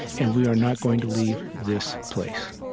and we are not going to leave this place.